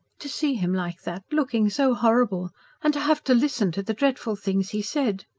to see him like that looking so horrible and to have to listen to the dreadful things he said!